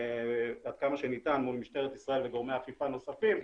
עד כמה שניתן מול משטרת ישראל וגורמי אכיפה נוספים,